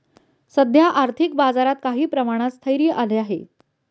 सध्या आर्थिक बाजारात काही प्रमाणात स्थैर्य आले आहे